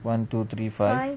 one two three five